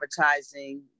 advertising